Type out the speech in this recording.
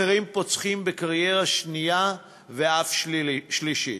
אחרים פוצחים בקריירה שנייה ואף שלישית.